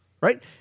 Right